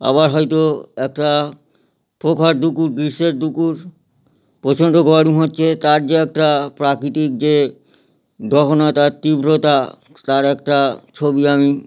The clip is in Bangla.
আবার হয়তো একটা প্রখর দুপুর গ্রীষ্মের দুপুর প্রচণ্ড গরম হচ্ছে তার যে একটা প্রাকৃতিক যে দহনতা তীব্রতা তার একটা ছবি আমি